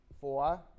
four